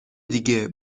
دیگه